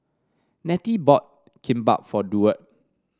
Nettie bought Kimbap for Duard